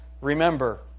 Remember